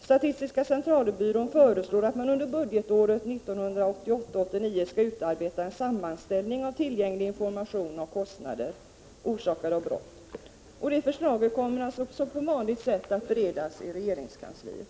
Statistiska centralbyrån föreslår att man under budgetåret 1988/89 skall utarbeta en sammanställning av tillgänglig information om kostnader orsakade av brott. Det förslaget kommer att på vanligt sätt beredas regeringskansliet.